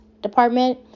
department